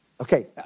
Okay